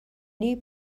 new